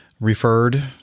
referred